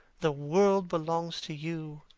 the world belongs to you